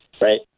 right